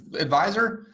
advisor,